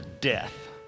death